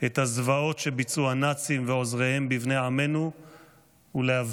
את הזוועות שביצעו הנאצים ועוזריהם בבני עמנו ולהבטיח: